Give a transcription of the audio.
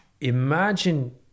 imagine